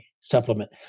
supplement